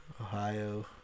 Ohio